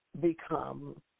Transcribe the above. become